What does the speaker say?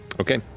Okay